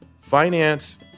finance